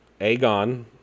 Aegon